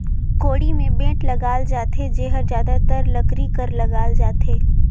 कोड़ी मे बेठ लगाल जाथे जेहर जादातर लकरी कर लगाल जाथे